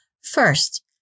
First